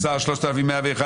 הרוויזיה הוסרה.